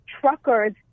truckers